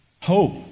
hope